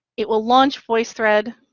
it will launch voicethread